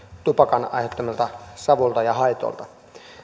tupakan aiheuttamilta savulta ja haitoilta